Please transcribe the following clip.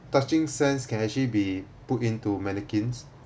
touching sense can actually be put into mannequins